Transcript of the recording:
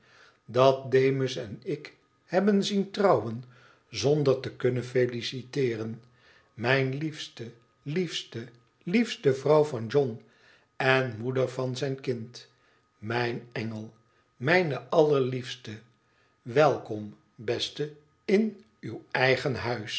dat demus en ik hebben zien trouwen zonder te kunnen feliciteeren mijn liefste liefste heuste vrouw van john en moeder van zijn kindje mijn engel mijne allerliefste welkom beste in uw eigen huis